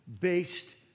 based